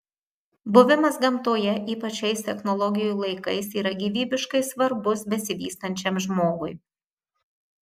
buvimas gamtoje ypač šiais technologijų laikais yra gyvybiškai svarbus besivystančiam žmogui